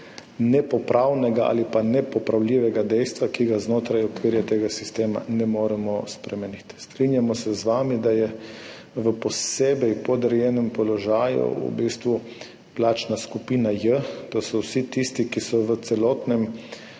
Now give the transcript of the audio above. je pravzaprav do nepopravljivega dejstva, ki ga znotraj okvirja tega sistema ne moremo spremeniti. Strinjamo se z vami, da je v posebej podrejenem položaju v bistvu plačna skupina J, to so vsi tisti, ki pravzaprav v celotnem